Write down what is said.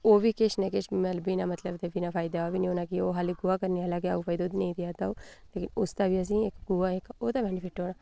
ओह्बी किश ना किश मतलब बिना मतलब दे फायदे दे ओह्बी निं होना कि ओह् खाल्ली गोहा करने आस्तै गै दुद्ध निं देआ दा होग लेकिन उसदा बी असें ई इक गोहे दा बैनीफिट होआ दा ऐ